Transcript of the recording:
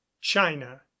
china